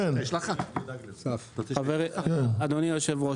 אדוני היו"ר,